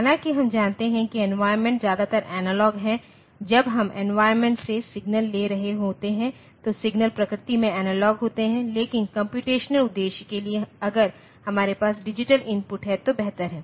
हालांकि हम जानते हैं कि एन्वॉयरमेंट ज्यादातर एनालॉग है जब हम एन्वॉयरमेंट से सिग्नल ले रहे होते हैं तो सिग्नल प्रकृति में एनालॉग होते हैं लेकिन कम्प्यूटेशनल उद्देश्य के लिए अगर हमारे पास डिजिटल इनपुट है तो बेहतर है